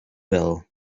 will